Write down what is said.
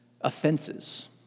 offenses